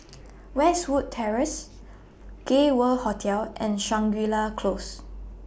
Westwood Terrace Gay World Hotel and Shangri La Close